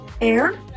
Air